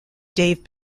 dave